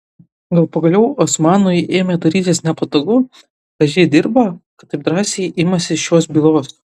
gal pagaliau osmanui ėmė darytis nepatogu kad ji dirba kad taip drąsiai imasi šios bylos